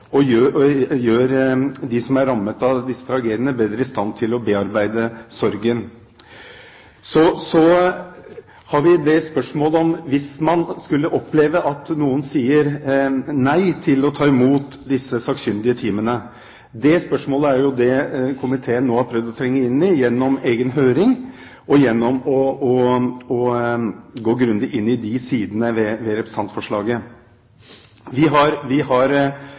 og gjør dem som er rammet av disse tragediene, bedre i stand til å bearbeide sorgen. Så har vi spørsmålet: Hva hvis man skulle oppleve at noen sier nei til å ta imot disse sakkyndige teamene? Det spørsmålet er det komiteen nå har prøvd å trenge inn i gjennom en egen høring og gjennom å gå grundig inn i de sidene ved representantforslaget.